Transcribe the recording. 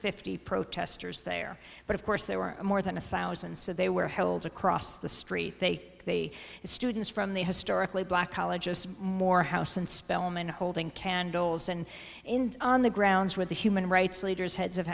fifty protesters there but of course there were more than a thousand so they were held across the street they the students from the historically black colleges to morehouse and spelman holding candles and on the grounds with the human rights leaders heads of